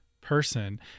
person